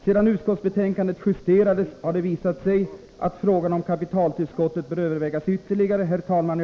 Sedan utskottsbetänkandet justerades, har det visat sig att frågan om kapitaltillskottet bör övervägas ytterligare. Herr talman!